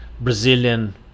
Brazilian